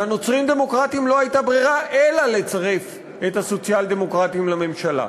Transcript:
לנוצרים-הדמוקרטים לא הייתה ברירה אלא לצרף את הסוציאל-דמוקרטים לממשלה.